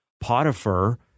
Potiphar